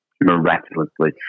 miraculously